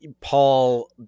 Paul